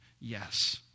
yes